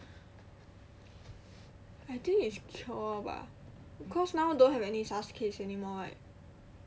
I think it's cure bah cause now don't have any SARS case anymore [what]